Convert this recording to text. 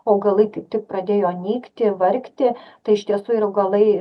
augalai kaip tik pradėjo nykti vargti tai iš tiesų ir augalai